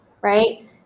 right